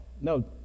no